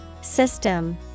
System